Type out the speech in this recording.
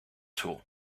tool